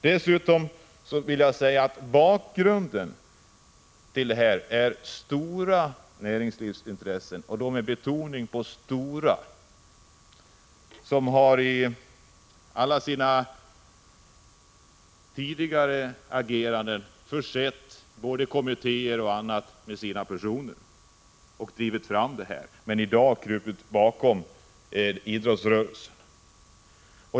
Dessutom vill jag säga att bakgrunden till dessa planer är stora näringslivsintressen — med betoning på stora som i allt sitt tidigare agerande försett både kommittéer och annat med sina personer och drivit fram planerna men i dag har krupit bakom idrottsrörelsen.